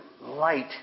light